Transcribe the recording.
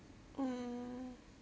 mm